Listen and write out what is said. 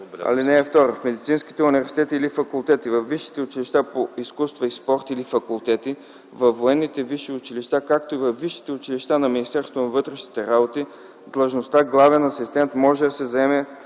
област. (2) В медицинските университети и факултети в висшите училища по изкуства и спорт или факултети, във военните висши училища, както във висшите училища на Министерството на вътрешните работи длъжността „главен асистент” може да се заема